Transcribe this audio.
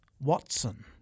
Watson